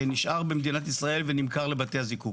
נשאר במדינת ישראל ונמכר לבתי הזיקוק,